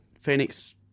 Phoenix